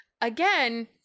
Again